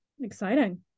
Exciting